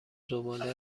زباله